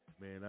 Man